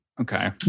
okay